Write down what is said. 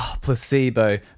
placebo